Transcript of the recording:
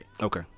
Okay